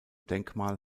denkmal